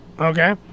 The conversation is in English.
okay